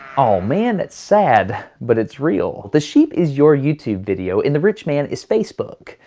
oh man, that's sad. but it's real. the sheep is your youtube video, and the rich man is facebook.